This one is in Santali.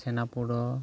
ᱪᱷᱮᱱᱟ ᱯᱚᱰᱚ